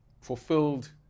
fulfilled